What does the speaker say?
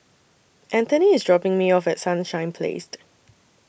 Antony IS dropping Me off At Sunshine Place